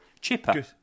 Chipper